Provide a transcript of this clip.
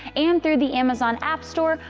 and through the amazon app store,